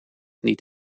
niet